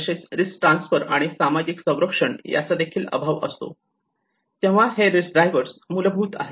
तसेच risk transfer आणि सामाजिक संरक्षण याचा देखील अभाव असतो तेव्हा हे रिस्क ड्रायव्हर चे मुलभुत आहेत